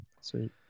Sweet